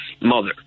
mother